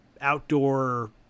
outdoor